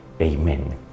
amen